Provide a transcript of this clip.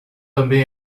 também